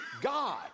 God